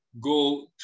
go